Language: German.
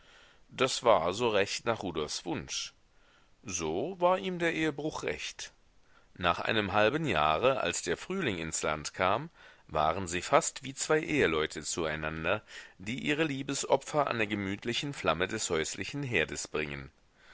das war so recht nach rudolfs wunsch so war ihm der ehebruch recht nach einem halben jahre als der frühling ins land kam waren sie fast wie zwei eheleute zueinander die ihre liebesopfer an der gemütlichen flamme des häuslichen herdes bringen